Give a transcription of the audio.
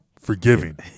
forgiving